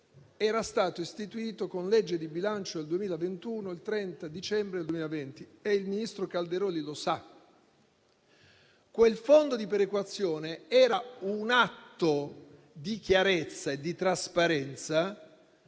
era stato istituito con la legge di bilancio del 2021 il 30 dicembre del 2020 e il ministro Calderoli lo sa. Quel Fondo di perequazione era un atto di chiarezza e di trasparenza